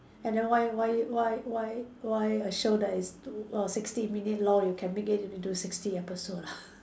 and then why why why why why a show that is t~ uh sixty minute long you can make it into sixty episode ah